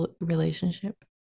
relationship